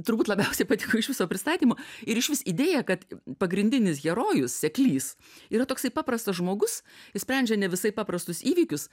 turbūt labiausiai patiko iš viso pristatymo ir išvis idėja kad pagrindinis herojus seklys yra toksai paprastas žmogus išsprendžia ne visai paprastus įvykius